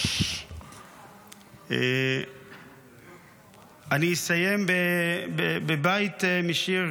אני אסיים בבית משיר,